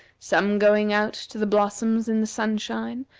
some going out to the blossoms in the sunshine,